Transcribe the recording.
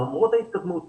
למרות ההתקדמות,